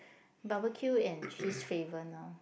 barbecue and cheese flavor now